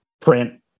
print